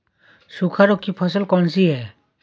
सूखा रोग की फसल कौन सी है?